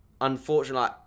unfortunately